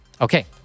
Okay